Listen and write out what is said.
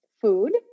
food